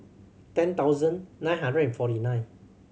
ten thousand nine hundred and forty nine